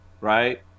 right